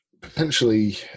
potentially